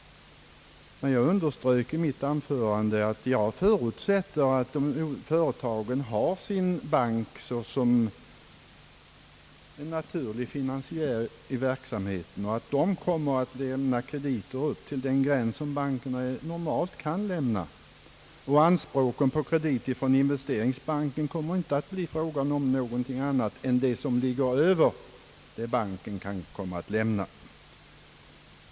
Jag underströk i mitt anförande att jag förutsätter att företagen även i fortsättningen kommer att betrakta sin egen bank som en naturlig finansiär i verksamheten, som kommer att lämna krediter upp till den gräns som bankerna normalt kan lämna. När det gäller anspråken på krediter från investeringsbanken kommer det inte att bli fråga om andra lån än sådana där beloppen ligger över vad den egna banken kan lämna.